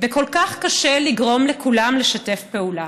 וכל כך קשה לגרום לכולם לשתף פעולה.